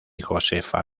josefa